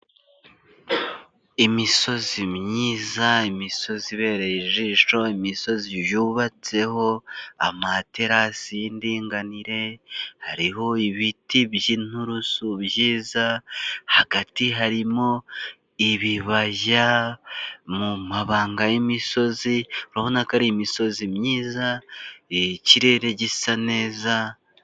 Imisozi myiza, imisozi ibereye ijisho, imisozi yubatseho amaterasi y'indinganire, hariho ibiti by'ininturusu byiza, hagati harimo ibibaya, mu mabanga y'imisozi urabona ko ari imisozi myiza, ikirere gisa neza.